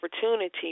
opportunity